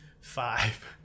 Five